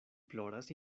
ploras